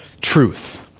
truth